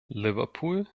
liverpool